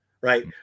right